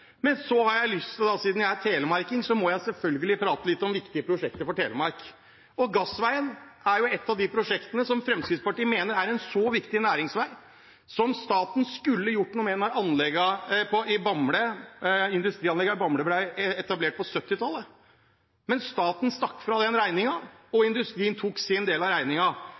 Siden jeg er telemarking, må jeg selvfølgelig prate litt om viktige prosjekter for Telemark. Gassveien er et av prosjektene som Fremskrittspartiet mener er en viktig næringsvei, som staten skulle gjort noe med da industrianleggene i Bamble ble etablert på 1970-tallet. Men staten stakk fra den regningen, og industrien tok sin del av